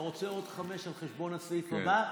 אתה רוצה עוד חמש על חשבון הסעיף הבא?